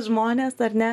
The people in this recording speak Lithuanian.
žmonės ar ne